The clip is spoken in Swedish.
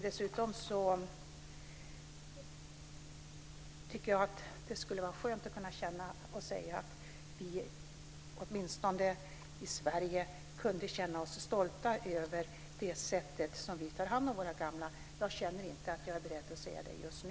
Dessutom tycker jag att det skulle vara skönt att kunna säga att vi i Sverige åtminstone kan känna oss stolta över det sätt på vilket vi tar hand om våra gamla. Jag känner inte att jag är beredd att säga det just nu.